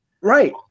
Right